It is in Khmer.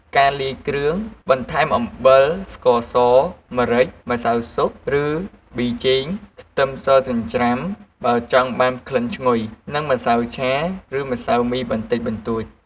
ការលាយគ្រឿង បន្ថែមអំបិល ស្ករស ម្រេច ម្សៅស៊ុប ឬប៊ីចេង ខ្ទឹមសចិញ្ច្រាំ បើចង់បានក្លិនឈ្ងុយ និងម្សៅឆា ឬម្សៅមីបន្តិចបន្តួច។